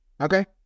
Okay